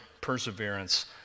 perseverance